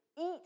eat